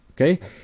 Okay